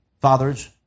Fathers